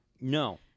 No